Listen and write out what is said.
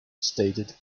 stated